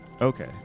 Okay